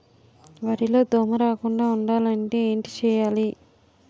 వరిలో దోమ రాకుండ ఉండాలంటే ఏంటి చేయాలి?